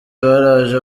baraje